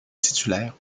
titulaire